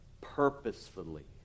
purposefully